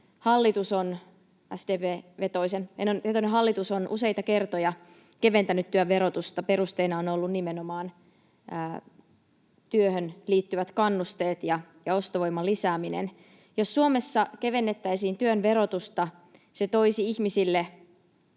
on useita kertoja keventänyt työn verotusta. Perusteina ovat olleet nimenomaan työhön liittyvät kannusteet ja ostovoiman lisääminen. Jos Suomessa kevennettäisiin työn verotusta, se toisi ihmisille